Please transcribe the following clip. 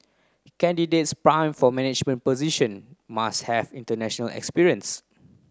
candidates prime for management position must have international experience